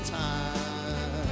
time